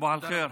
סבאח אל-ח'יר,